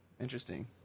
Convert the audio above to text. Interesting